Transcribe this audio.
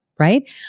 Right